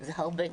זה הרבה.